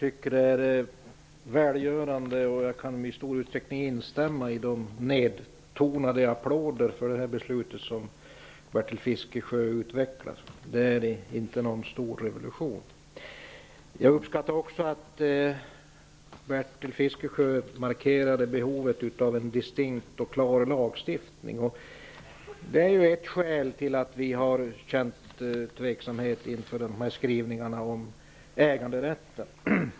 Fru talman! Jag tycker att Bertil Fiskesjös nedtonade applåder för detta beslut är välgörande, och jag kan i stor utsträckning instämma i dem. Det är inte fråga om någon stor revolution. Jag uppskattar också att Bertil Fiskesjö markerade behovet av en distinkt och klar lagstiftning. Detta behov är ett skäl till att vi har känt tveksamhet inför skrivningarna om äganderätten.